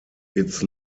its